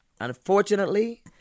unfortunately